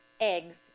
eggs